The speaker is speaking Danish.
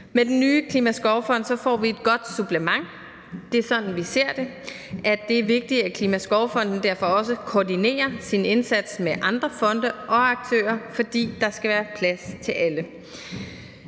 Med den nye klimaskovfond får vi et godt supplement – det er sådan, vi ser det. Det er vigtigt, at Klimaskovfonden derfor også koordinerer sin indsats med andre fonde og aktører, fordi der skal være plads til alle.